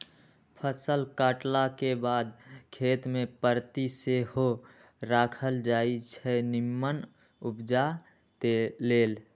फसल काटलाके बाद खेत कें परति सेहो राखल जाई छै निम्मन उपजा लेल